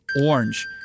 Orange